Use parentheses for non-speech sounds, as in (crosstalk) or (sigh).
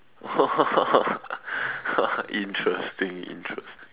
!wah! (laughs) interesting interesting